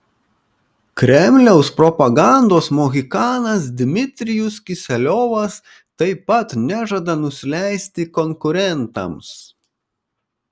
kremliaus propagandos mohikanas dmitrijus kiseliovas taip pat nežada nusileisti konkurentams